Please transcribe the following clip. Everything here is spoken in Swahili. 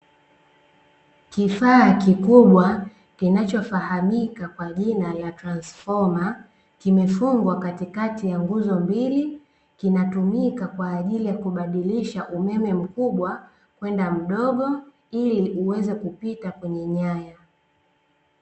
Kifaa kikubwa kinachofahamika kwa jina la transifoma, kimefungwa katikati ya nguzo mbili, kinatumika kwa ajili ya kubadilisha umeme mkubwa kwenda mdogo, ili uweze kupita kwenye nyaya.